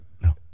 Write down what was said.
no